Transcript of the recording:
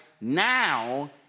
Now